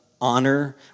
honor